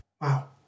Wow